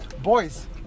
Boys